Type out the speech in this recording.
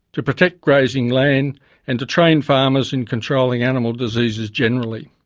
to protect grazing land and to train farmers in controlling animal diseases generally.